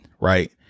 right